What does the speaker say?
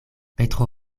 petro